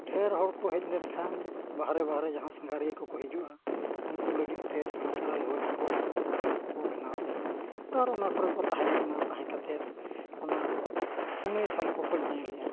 ᱰᱷᱮᱹᱨ ᱦᱚᱲ ᱠᱚ ᱦᱮᱡ ᱞᱮᱱᱠᱷᱟᱱ ᱵᱟᱦᱨᱮ ᱵᱟᱦᱨᱮ ᱡᱟᱦᱟᱸ ᱥᱟᱜᱷᱟᱸᱨᱤᱭᱟᱹ ᱠᱚ ᱠᱚ ᱦᱤᱡᱤᱩᱜᱼᱟ ᱩᱱᱠᱩ ᱞᱟᱹᱜᱤᱫᱛᱮ ᱥᱮᱬᱟ ᱥᱮᱬᱟ ᱥᱮᱢ ᱞᱚᱡᱽ ᱠᱚ ᱦᱳᱴᱮᱞ ᱠᱚ ᱠᱚ ᱵᱮᱱᱟᱣᱮᱜᱼᱟ ᱟᱨ ᱚᱱᱟ ᱠᱚᱨᱮᱜ ᱠᱚ ᱛᱟᱦᱮᱱ ᱠᱟᱱᱟ ᱛᱟᱦᱮᱸ ᱠᱟᱛᱮᱫ ᱚᱱᱟ ᱯᱩᱱᱤᱭᱟᱹ ᱛᱷᱟᱱ ᱠᱚ ᱠᱚ ᱧᱮᱞᱮᱜᱼᱟ